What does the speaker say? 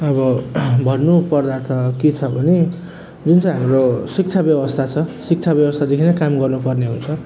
अब भन्नु पर्दा त के छ भने जुन चाहिँ हाम्रो शिक्षा व्यवस्था छ शिक्षा व्यवस्थादेखि नै काम गर्नु पर्ने हुन्छ